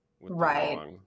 Right